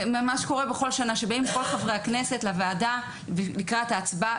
מה שקורה בכל שנה שבאים כל חברי הכנסת לוועדה לקראת ההצבעה.